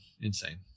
insane